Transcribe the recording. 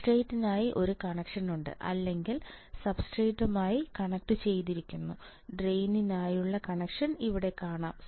ബേസിനായി ഒരു കണക്ഷനുണ്ട് അല്ലെങ്കിൽ സബ്സ്ട്രേറ്റിമായി കണക്റ്റുചെയ്തിരിക്കുന്നു ഡ്രെയിനിനായുള്ള കണക്ഷൻ ഇവിടെ കാണാം